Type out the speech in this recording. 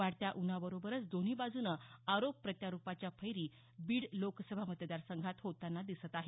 वाढत्या उन्हाबरोबरच दोन्ही बाजूने आरोप प्रत्यारोपाच्या फैरी बीड लोकसभा मतदारसंघात होताना दिसत आहेत